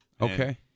okay